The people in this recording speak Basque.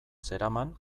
zeraman